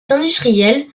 industriel